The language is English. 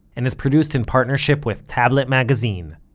and is produced in partnership with tablet magazine.